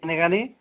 খালি